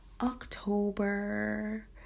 October